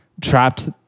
trapped